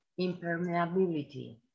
impermeability